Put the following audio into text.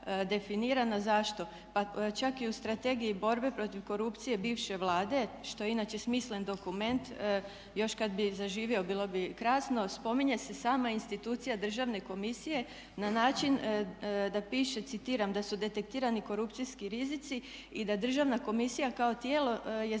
definirana. Zašto? Pa čak i u Strategiji borbe protiv korupcije bivše Vlade, što je inače smislen dokument još kad bi zaživio bilo bi krasno, spominje se sama institucija Državne komisije na način da piše citiram "da su detektirani korupcijski rizici i da Državna komisija kao tijelo je